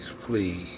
please